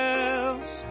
else